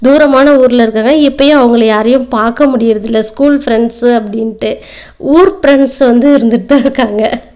தூரமான ஊரில் இருக்காங்கள் இப்போயும் அவங்களை யாரையும் பார்க்க முடியுறது இல்லை ஸ்கூல் ஃப்ரெண்ட்ஸு அப்படின்ட்டு ஊர் ப்ரெண்ட்ஸு வந்து இருந்துகிட்டு தான் இருக்காங்கள்